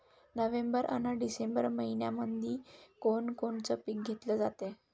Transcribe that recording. November अन December मइन्यामंधी कोण कोनचं पीक घेतलं जाते?